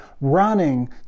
running